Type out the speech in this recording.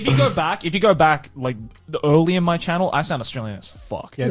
but go back, if you go back like the early in my channel, i sound australian as fuck. yeah